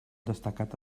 destacat